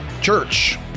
church